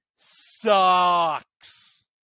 SUCKS